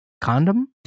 Condom